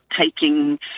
taking